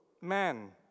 man